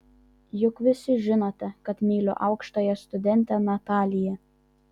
juk visi žinote kad myliu aukštąją studentę nataliją